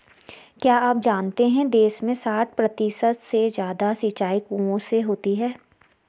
क्या आप जानते है देश में साठ प्रतिशत से ज़्यादा सिंचाई कुओं से होती है?